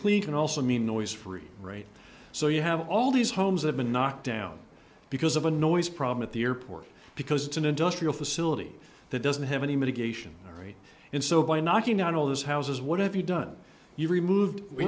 clean can also mean noise free right so you have all these homes have been knocked down because of a noise problem at the airport because it's an industrial facility that doesn't have any mitigation and so by knocking down all those houses what have you done you removed we